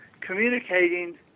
communicating